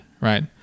right